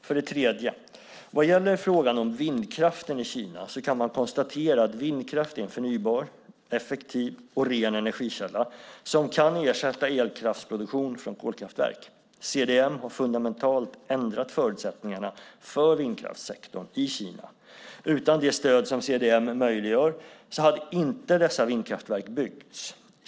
För det tredje: Vad gäller frågan om vindkraften i Kina kan man konstatera att vindkraft är en förnybar, effektiv och ren energikälla som kan ersätta elkraftsproduktion från kolkraftverk. CDM har fundamentalt ändrat förutsättningarna för vindkraftssektorn i Kina. Utan det stöd som CDM möjliggör hade inte dessa vindkraftverk byggts.